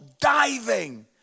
diving